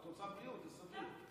את רוצה בריאות, זה סביר.